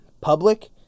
public